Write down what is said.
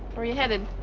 where you headed?